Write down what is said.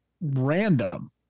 random